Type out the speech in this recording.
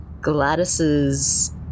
Gladys's